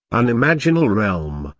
an imaginal realm,